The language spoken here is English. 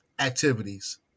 Activities